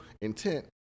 intent